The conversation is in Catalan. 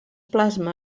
plasma